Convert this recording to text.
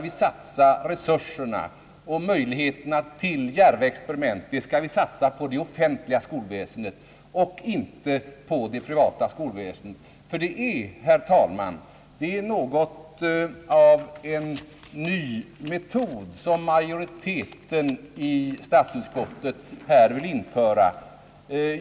bidrag till vissa privatskolor möjligheterna till djärva experiment på det offentliga skolväsendet och inte på det privata. Det är, herr talman, något av en ny metod som majoriteten i statsutskottet här vill införa.